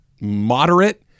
moderate